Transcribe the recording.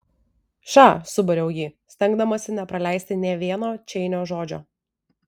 ša subariau jį stengdamasi nepraleisti nė vieno čeinio žodžio